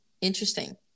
Interesting